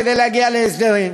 כדי להגיע להסדרים,